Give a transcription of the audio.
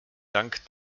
dank